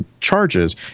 charges